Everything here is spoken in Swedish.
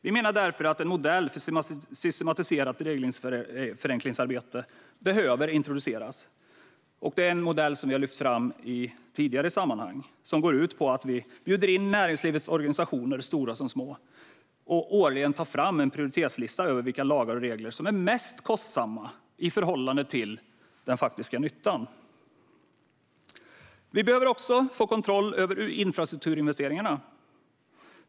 Vi menar därför att en modell för systematiserat regelförenklingsarbete behöver introduceras, och det är en modell vi lyft fram tidigare i olika sammanhang. Den går ut på att vi bjuder in näringslivets organisationer, stora som små, att årligen ta fram en prioritetslista över vilka lagar och regler som är mest kostsamma i förhållande till den faktiska nyttan. Vi behöver också få kontroll över infrastrukturinvesteringarna.